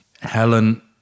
Helen